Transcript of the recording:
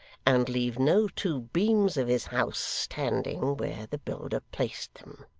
and leave no two beams of his house standing where the builder placed them.